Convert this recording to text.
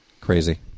Crazy